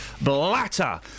Blatter